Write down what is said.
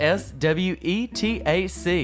s-w-e-t-a-c